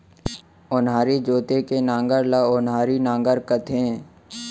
ओन्हारी जोते के नांगर ल ओन्हारी नांगर कथें